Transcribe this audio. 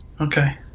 Okay